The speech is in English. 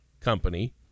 company